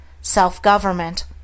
self-government